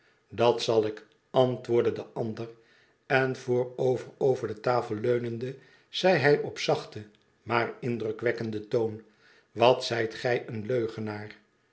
dat zal ik antwoordde de ander en voorover over de tafel leunende zeide hij op zachten maar indrukwekkenden toon wat zijt gij een leugenaar